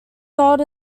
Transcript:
sold